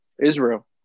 Israel